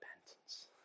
repentance